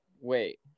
Wait